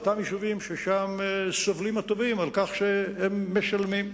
זאת מכת מדינה באותם יישובים ששם סובלים הטובים על כך שאין משלמים.